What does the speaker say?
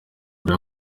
rero